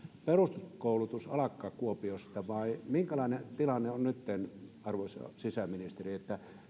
peruskoulutus alakaan kuopiosta vai minkälainen tilanne on nytten arvoisa sisäministeri